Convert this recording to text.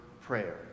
prayer